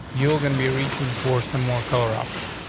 you're gonna be reaching for some more color options.